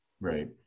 Right